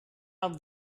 have